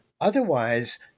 otherwise